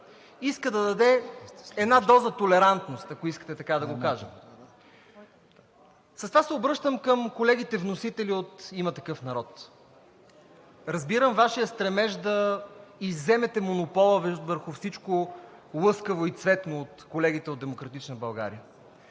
иска да даде една доза толерантност, ако искате така да го кажа. С това се обръщам към колегите вносители от „Има такъв народ“. Разбирам Вашия стремеж да изземете монопола върху всичко лъскаво и цветно от колегите от „Демократична България“,